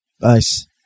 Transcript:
Nice